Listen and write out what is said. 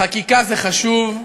חקיקה זה חשוב,